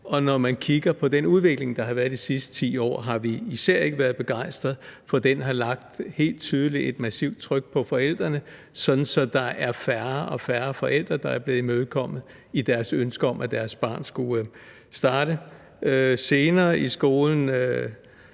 og når man kigger på den udvikling, der har været i de sidste 10 år, har vi især ikke været begejstret, for den har helt tydeligt lagt et massivt pres på forældrene, sådan at der er færre og færre forældre, der er blevet imødekommet i deres ønske om, at deres barn skulle starte senere i skolen.